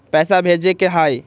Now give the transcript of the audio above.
पैसा भेजे के हाइ?